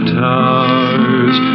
towers